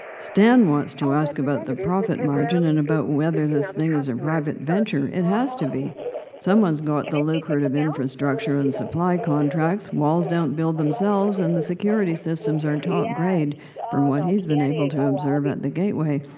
stan wants to ask about the profit margin, and about whether this thing is a private venture. it has to be someone's got the lucrative infrastructure and supply contracts. walls don't build themselves, and the security systems are and top-grade from what he's been able to observe at the gateway.